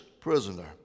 prisoner